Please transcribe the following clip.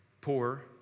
poor